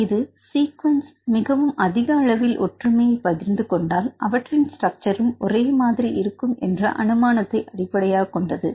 இது இரண்டு சீக்வென்ஸ் மிகவும் அதிக அளவில் ஒற்றுமையை பகிர்ந்து கொண்டால் அவற்றின் ஸ்ட்ரக்ச்சர்உம் ஒரே மாதிரி இருக்கும் என்ற அனுமானத்தை அடிப்படையாகக் கொண்டது